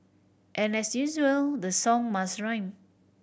and as usual the song must rhyme